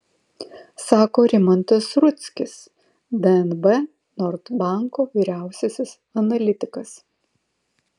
sako rimantas rudzkis dnb nord banko vyriausiasis analitikas